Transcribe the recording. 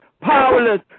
powerless